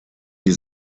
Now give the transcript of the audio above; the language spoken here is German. die